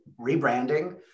rebranding